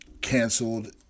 canceled